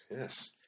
yes